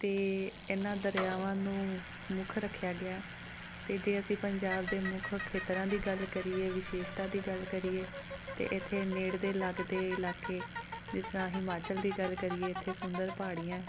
ਅਤੇ ਇਨ੍ਹਾਂ ਦਰਿਆਵਾਂ ਨੂੰ ਮੁੱਖ ਰੱਖਿਆ ਗਿਆ ਅਤੇ ਜੇ ਅਸੀਂ ਪੰਜਾਬ ਦੇ ਮੁੱਖ ਖੇਤਰਾਂ ਦੀ ਗੱਲ ਕਰੀਏ ਵਿਸ਼ੇਸ਼ਤਾ ਦੀ ਗੱਲ ਕਰੀਏ ਤਾਂ ਇੱਥੇ ਨੇੜਲੇ ਲੱਗਦੇ ਇਲਾਕੇ ਜਿਸ ਤਰ੍ਹਾਂ ਹਿਮਾਚਲ ਦੀ ਗੱਲ ਕਰੀਏ ਇੱਥੇ ਸੁੰਦਰ ਪਹਾੜੀਆਂ